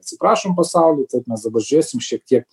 atsiprašom pasauli taip mes dabar žiūrėsim šiek tiek